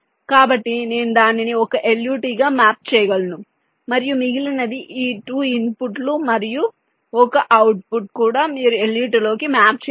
కాబట్టి నేను దానిని 1 LUT గా మ్యాప్ చేయగలను మరియు మిగిలినది ఈ 2 ఇన్పుట్లు మరియు 1 అవుట్పుట్ కూడా మీరు LUT లోకి మ్యాప్ చేయవచ్చు